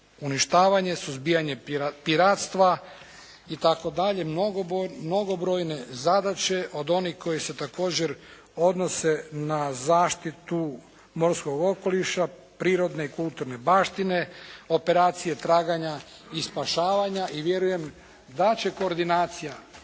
uništavanje, suzbijanje piratstva itd., mnogobrojne zadaće od onih koji se također odnose na zaštitu morskog okoliša, prirodne i kulturne baštine, operacije traganja i spašavanja. I vjerujem da će koordinacija